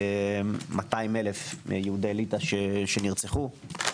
200,000 יהודי ליטא שנרצחו,